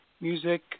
music